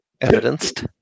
evidenced